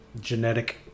genetic